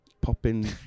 Popping